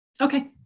Okay